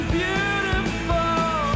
beautiful